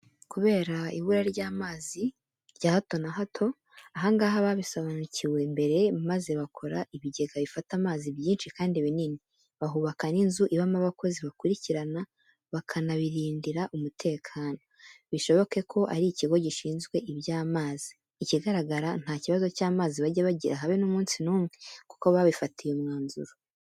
Kubera ibura ry'amazi rya hato na hato, aha ngaha babisobanukiwe mbere maze bakora ibigega bifata amazi byinshi kandi binini, bahubaka n'inzu ibamo abakozi bakurikirana bakanabirindira umutekano, bishoboke ko ari ikigo gishinzwe iby'amazi. Ikigaragara nta kibazo cy'amazi bajya bagira habe n'umunsi umwe kuko babifatiye umwanzuro.